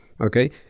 okay